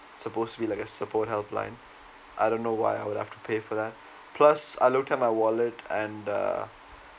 supposed to be like a support helpline I don't know why I would have to pay for that plus I looked at my wallet and uh